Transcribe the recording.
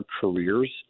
careers